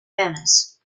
venice